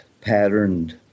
patterned